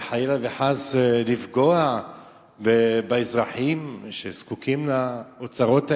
וחלילה וחס לפגוע באזרחים שזקוקים לאוצרות האלה,